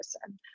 person